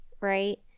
right